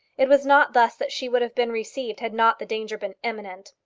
it was not thus that she would have been received had not the danger been imminent.